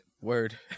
Word